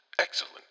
Excellent